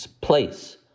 place